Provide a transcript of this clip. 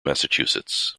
massachusetts